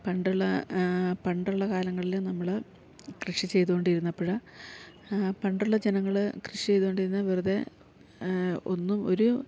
പണ്ടുള്ള പണ്ടുള്ള കാലങ്ങളില് നമ്മള് കൃഷി ചെയ്തുകൊണ്ടിരുന്നപ്പോൾ പണ്ടുള്ള ജനങ്ങള് കൃഷി ചെയ്തുകൊണ്ടിരുന്നത് വെറുതെ ഒന്നും ഒരു